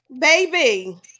baby